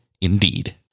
indeed